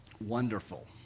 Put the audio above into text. wonderful